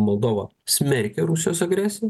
moldova smerkia rusijos agresiją